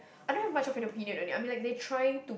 I don't have much of an opinion I mean like they trying to